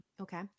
Okay